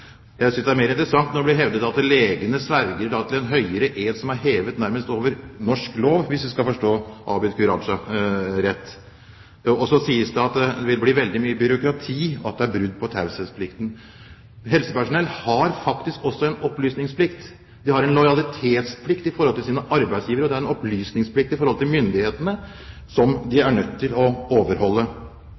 Jeg synes det er mer interessant når det blir hevdet at legene sverger en høyere ed som nærmest er hevet over norsk lov, hvis vi skal forstå Abid Q. Raja rett. Så sies det at det vil bli veldig mye byråkrati, og at det er brudd på taushetsplikten. Helsepersonell har faktisk også en opplysningsplikt. De har en lojalitetsplikt overfor sine arbeidsgivere, og de har en opplysningsplikt overfor myndighetene som de er nødt til å overholde.